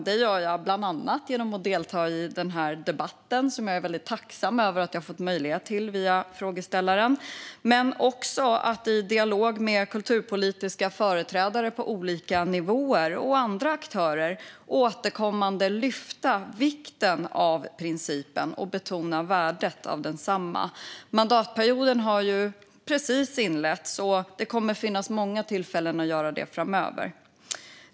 Det gör jag bland annat genom att delta i debatten, och jag är tacksam för att jag har fått möjlighet till det via frågeställaren. Det sker också i dialog med kulturpolitiska företrädare på olika nivåer och andra aktörer där jag återkommande lyfter upp vikten av principen och betonar värdet av densamma. Mandatperioden har precis inletts, och det kommer att finnas många tillfällen att göra detta framöver.